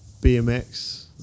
BMX